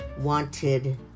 wanted